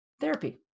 therapy